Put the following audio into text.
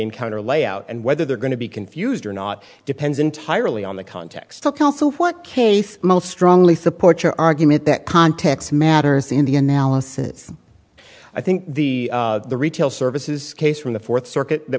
encounter layout and whether they're going to be confused or not depends entirely on the context of kelso what case most strongly support your argument that context matters in the analysis i think the retail services case from the fourth circuit that